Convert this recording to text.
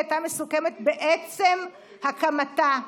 היא הייתה מסוכנת בעצם הקמתה.